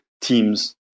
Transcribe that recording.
teams